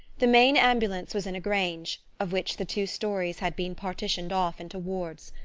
the main ambulance was in a grange, of which the two stories had been partitioned off into wards.